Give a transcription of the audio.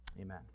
Amen